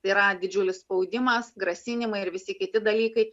yra didžiulis spaudimas grasinimai ir visi kiti dalykai